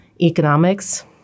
economics